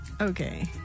Okay